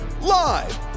live